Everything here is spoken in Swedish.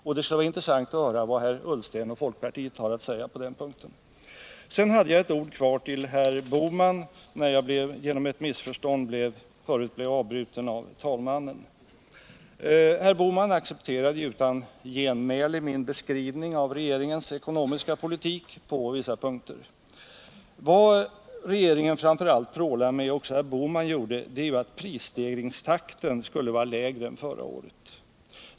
Jag hade några ord kvar att säga till Gösta Bohman när jag förut, genom ett missförstånd, blev avbruten av talmannen. Gösta Bohman accepterade utan genmäle min beskrivning av regeringens ekonomiska politik. Vad regeringen framför allt prålar med — och som också Gösta Bohman gjorde — är att prisstegringstakten skulle vara lägre än förra året.